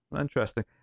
Interesting